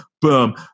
Boom